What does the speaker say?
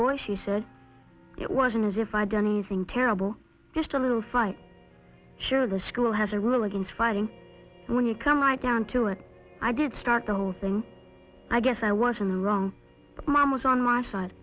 boys she said it wasn't as if i do anything terrible just a little fight sure the school has a rule against fighting and when you come right down to it i did start the whole thing i guess i was in the wrong mom was on my side